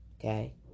Okay